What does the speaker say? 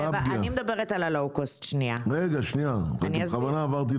אני מדברת על הלואו-קוסט, ואני אסביר.